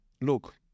look